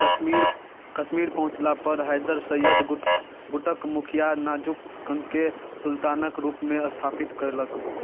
कश्मीर कश्मीर पहुंँचला पर हैदर सैय्यद गुट गुटक मुखिआ नाज़ुकके सुल्तानक रूपमे स्थापित कयलक